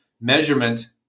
measurement